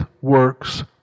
works